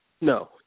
no